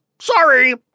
Sorry